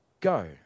Go